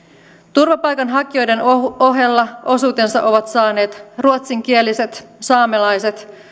turvapaikanhakijoiden ohella osuutensa ovat saaneet ruotsinkieliset saamelaiset